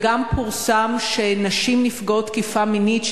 וגם פורסם שנשים נפגעות תקיפה מינית,